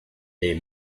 les